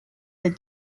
they